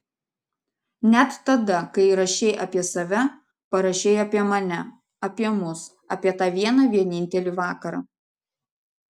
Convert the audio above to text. net tada kai rašei apie save parašei apie mane apie mus apie tą vieną vienintelį vakarą